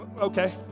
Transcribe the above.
Okay